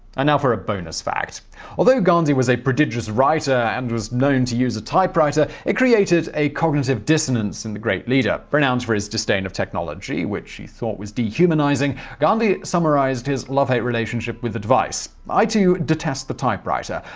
and ah bonus fact although gandhi was a prodigious writer, and was known to use a typewriter, it created a cognitive dissonance in the great leader. renowned for his disdain of technology, which he thought was de-humanizing, gandhi summarized his love-hate relationship with the device i too detest the typewriter.